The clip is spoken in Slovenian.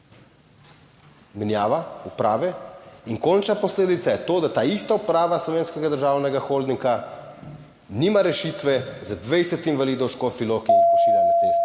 menjava uprave in končna posledica je to, da ta ista uprava Slovenskega državnega holdinga nima rešitve za 20 invalidov v Škofji Loki in jih pošilja na cesto.